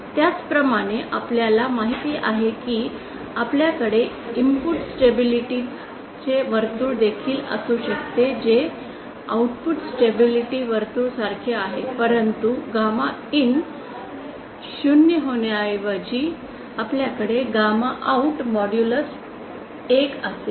त्याचप्रमाणे आपल्याला माहित आहे की आपल्याकडे इनपुट स्टेबिलिटी वर्तुळ देखील असू शकते जे आउटपुट स्टेबिलिटी वर्तुळ सारखे आहे परंतु गामा IN शून्य होण्याऐवजी आपल्याकडे गामा out मॉड्यूलस 1 असेल